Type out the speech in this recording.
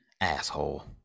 Asshole